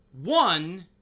One